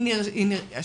יש